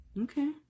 okay